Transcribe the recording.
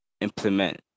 implement